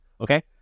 Okay